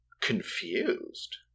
confused